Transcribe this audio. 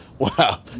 Wow